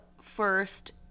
first